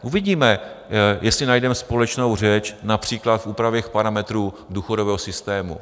Uvidíme, jestli najdeme společnou řeč například v úpravě parametrů důchodového systému.